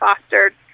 fostered